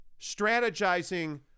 strategizing